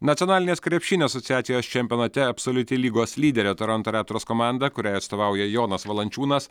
nacionalinės krepšinio asociacijos čempionate absoliuti lygos lyderė toronto raptors komanda kuriai atstovauja jonas valančiūnas